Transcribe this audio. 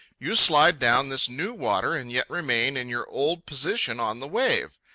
you slide down this new water, and yet remain in your old position on the wave,